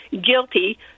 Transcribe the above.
guilty